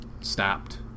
stopped